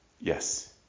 Yes